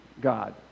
God